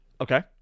okay